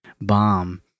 bomb